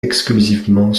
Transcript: exclusivement